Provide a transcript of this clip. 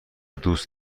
دوست